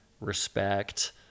respect